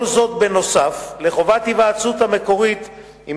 כל זאת נוסף על חובת ההיוועצות המקורית עם